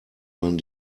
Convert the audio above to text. man